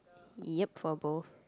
yep for both